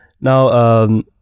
Now